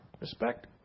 respect